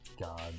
God